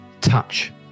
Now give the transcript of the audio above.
touch